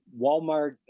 Walmart